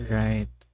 right